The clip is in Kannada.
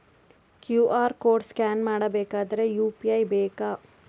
ಕ್ಯೂ.ಆರ್ ಕೋಡ್ ಸ್ಕ್ಯಾನ್ ಮಾಡಬೇಕಾದರೆ ಯು.ಪಿ.ಐ ಬೇಕಾ?